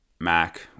Mac